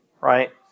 right